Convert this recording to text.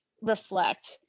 reflect